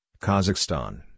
Kazakhstan